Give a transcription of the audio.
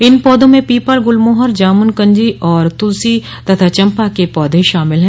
इन पौधों म पीपल गुलमोहर जामुन कंजी तथा तुलसी और चम्पा के पौधे शामिल है